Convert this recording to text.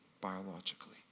biologically